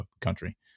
country